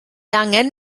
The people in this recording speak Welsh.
angen